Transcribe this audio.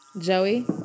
Joey